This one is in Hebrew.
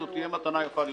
זו תהיה מתנה יפה לירושלים.